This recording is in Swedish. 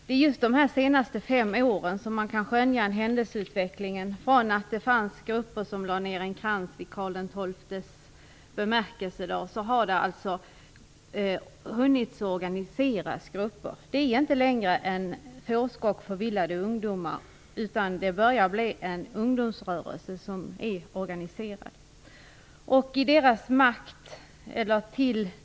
Det är just de senaste fem åren man kan skönja en utveckling. Det började med någon grupp som lade ned en krans på Karl XII:s bemärkelsedag. Sedan har det organiserats grupper. Det handlar inte längre om en fårskock förvillade ungdomar, utan det handlar om en organiserad ungdomsrörelse.